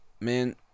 Man